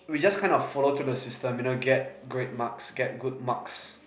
we just kind of follow to the system you know get great marks get good marks